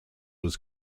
was